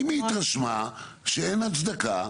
אם היא התרשמה שאין הצדקה.